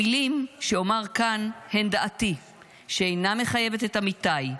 המילים שאומר כאן הן דעתי שאינה מחייבת את עמיתיי.